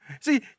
See